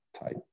type